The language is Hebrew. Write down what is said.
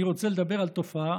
אני רוצה לדבר על תופעה,